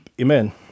amen